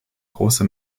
große